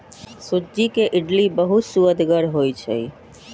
सूज्ज़ी के इडली बहुत सुअदगर होइ छइ